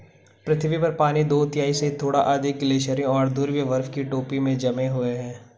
पृथ्वी पर पानी दो तिहाई से थोड़ा अधिक ग्लेशियरों और ध्रुवीय बर्फ की टोपी में जमे हुए है